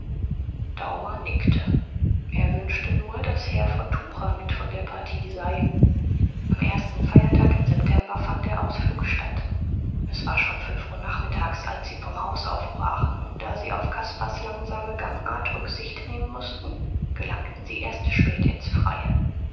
daumer nickte er wünschte nur daß herr von tucher mit von der partie sei am ersten feiertag im september fand der ausflug statt es war schon fünf uhr nachmittags als sie vom haus aufbrachen und da sie auf caspars langsame gangart rücksicht nehmen mußten gelangten sie erst spät ins freie